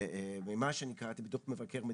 שממה שאני קראתי בדו"ח מבקר המדינה,